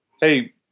hey